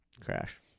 crash